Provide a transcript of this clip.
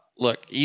Look